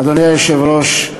אדוני היושב-ראש,